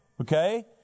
okay